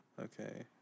Okay